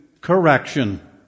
correction